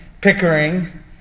Pickering